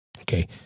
Okay